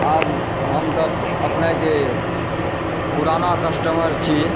आब हम तऽ अपनेके पुराना कस्टमर छी